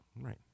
Right